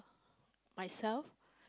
myself